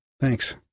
Thanks